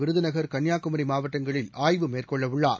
விருதுநகர் கன்னியாகுமரி மாவட்டங்களில் ஆய்வு மேற்கொள்ளவுள்ளார்